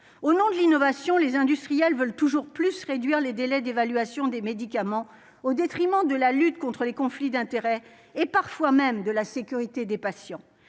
au nom de l'innovation, les industriels veulent toujours plus, réduire les délais d'évaluation des médicaments au détriment de la lutte contre les conflits d'intérêts et parfois même de la sécurité des patients,